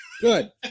Good